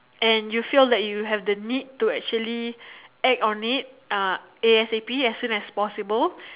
and you feel that you have the need to actually act on it uh A_S_A_P as soon as possible